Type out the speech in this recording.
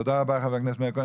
תודה רבה, חבר הכנסת מאיר כהן.